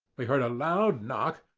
we heard a loud knock,